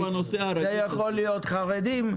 זה יכול להיות חרדים,